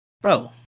bro